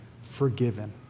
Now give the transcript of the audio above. forgiven